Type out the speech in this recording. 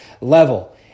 level